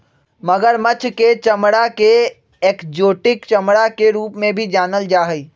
मगरमच्छ के चमडड़ा के एक्जोटिक चमड़ा के रूप में भी जानल जा हई